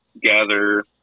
gather